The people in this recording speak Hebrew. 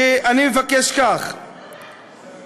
הראשונה שתבחן את